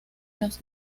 las